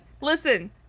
Listen